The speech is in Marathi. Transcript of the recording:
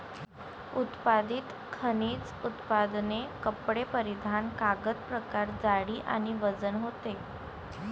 उत्पादित खनिज उत्पादने कपडे परिधान कागद प्रकार जाडी आणि वजन होते